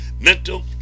mental